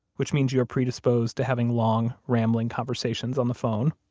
which means you are predisposed to having long, rambling conversations on the phone